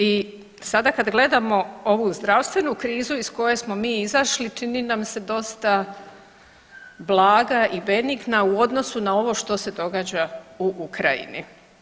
I sada kad gledamo ovu zdravstvenu krizu iz koje smo mi izašli čini nam se dosta blaga i benigna u odnosu na ovo što se događa u Ukrajini.